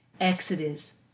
Exodus